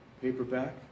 paperback